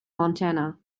montana